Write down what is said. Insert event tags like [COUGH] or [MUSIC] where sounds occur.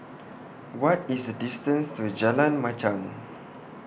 What IS The distance to Jalan Machang [NOISE]